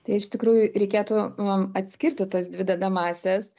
tai iš tikrųjų reikėtų m atskirti tas dvi dedamąsias